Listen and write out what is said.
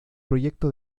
proyecto